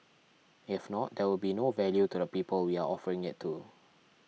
if not there would be no value to the people we are offering it to